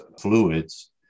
fluids